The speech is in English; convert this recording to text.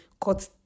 cut